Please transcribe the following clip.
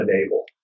enable